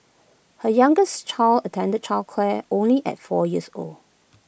her youngest child attended childcare only at four years old